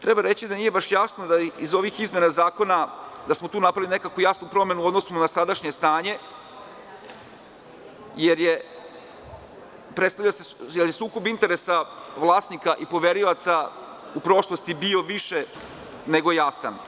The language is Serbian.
Treba reći da nije baš jasno iz ovih izmena zakona da smo tu napravili nekakvu jasnu promenu u odnosu na sadašnje stanje, jer je sukob interesa vlasnika i poverilaca u prošlosti bio više nego jasan.